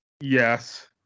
yes